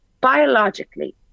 biologically